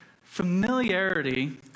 familiarity